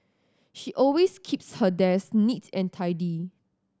she always keeps her desk neat and tidy